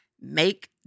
make